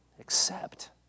Accept